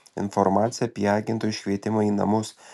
informacija apie agento iškvietimą į namus